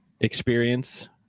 experience